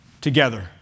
together